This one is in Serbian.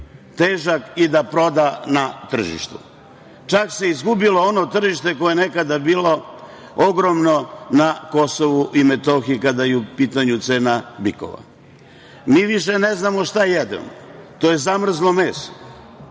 težak i da proda na tržištu. Čak se izgubilo ono tržište koje je nekada bila ogromno na Kosovu i Metohiji kada je u pitanju cena bikova. Mi više ne znamo šta jedemo, to je zamrzlo meso